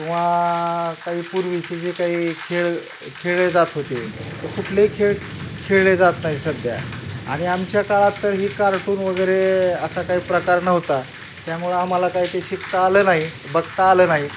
किंवा काही पूर्वीचे जे काही खेळ खेळले जात होते ते कुठलेही खेळ खेळले जात नाही सध्या आणि आमच्या काळात तर ही कार्टून वगैरे असा काही प्रकार नव्हता त्यामुळं आम्हाला काही ते शिकता आलं नाही बघता आलं नाही